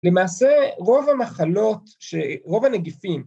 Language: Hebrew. למעשה רוב המחלות, רוב הנגיפים